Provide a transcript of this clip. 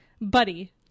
Buddy